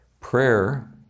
Prayer